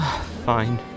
Fine